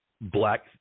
black